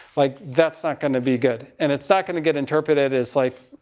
like that's not going to be good. and it's not going to get interpreted as like,